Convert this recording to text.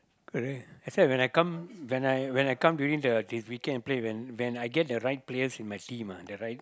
correct except when I come when I when I come during the this weekend I play when I get the right player in the team ah the right the right